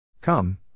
Come